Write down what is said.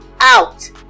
out